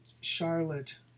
Charlotte